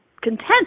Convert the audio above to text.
content